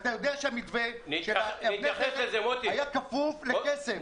ואתה יודע שהמתווה של אבני הדרך היה כפוף לכסף.